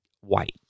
white